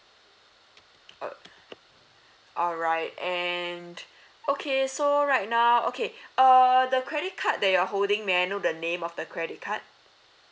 oh alright and okay so right now okay uh the credit card that you're holding may I know the name of the credit card